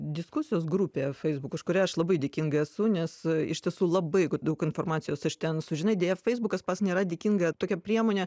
diskusijos grupė facebook už kurią aš labai dėkinga esu nes iš tiesų labai g daug informacijos iš ten sužinai deja feisbukas pats nėra dėkinga tokia priemonė